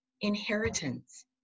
Inheritance